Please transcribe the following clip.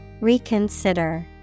Reconsider